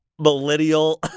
millennial